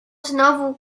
znowu